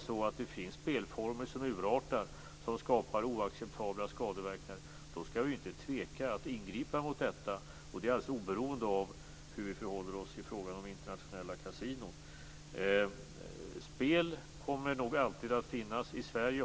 Om det finns spelformer som urartar, som skapar oacceptabla skadeverkningar, skall vi inte tveka att ingripa mot detta. Det skall ske alldeles oberoende av hur vi förhåller oss i fråga om internationella kasinon. Spel kommer alltid att finnas i Sverige.